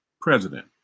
president